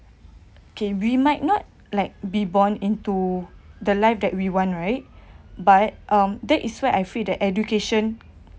can we might not like be born into the life that we want right but um that is why I feel that education